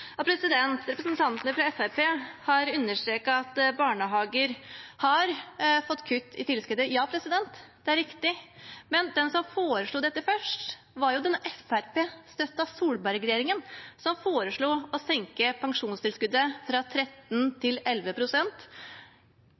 Representantene fra Fremskrittspartiet har understreket at barnehager har fått kutt i tilskuddet. Ja, det er riktig. Men den som foreslo det først, var jo den Fremskrittsparti-støttede Solberg-regjeringen, som foreslo å senke pensjonstilskuddet fra 13 pst. til